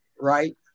Right